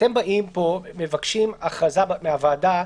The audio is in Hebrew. אתם באים פה, מבקשים הכרזה מהוועדה.